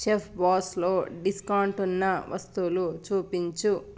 chef బాస్లో discount ఉన్న వస్తువులు చూపించు